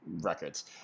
records